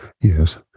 yes